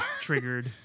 triggered